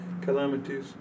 calamities